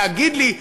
להגיד לי,